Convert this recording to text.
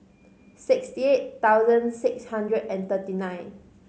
sixty eight thousand six hundred and thirty nine